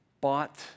bought